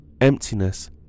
Emptiness